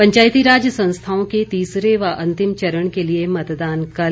पंचायतीराज संस्थाओं के तीसरे व अंतिम चरण के लिए मतदान कल